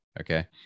Okay